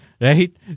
Right